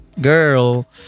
girl